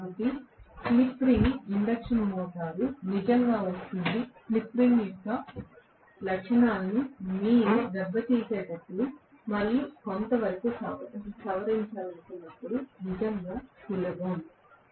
కాబట్టి slip ring induction motor నిజంగా వస్తుంది ఇండక్షన్ మోటర్ యొక్క లక్షణాలను మీరు దెబ్బతీసేటప్పుడు మరియు కొంతవరకు సవరించాలనుకున్నప్పుడు నిజంగా సులభము